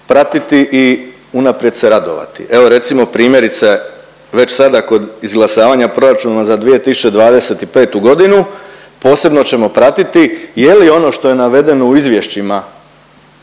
pratiti i unaprijed se radovati. Evo recimo primjerice već sada kod izglasavanja proračuna za 2025. godinu posebno ćemo pratiti je li ono što je navedeno u izvješćima